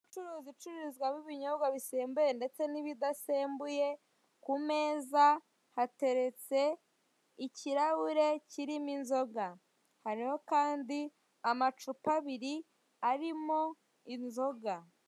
Inzu y'ubucuruzi icururizwamo ibinyobwa bisembuye ndetse n'ibidasembuye ku meza hateretse ikirahure kirimo inzoga, hariho kandi amacupa abiri arimo inzoga.